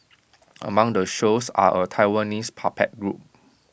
among the shows are A Taiwanese puppet group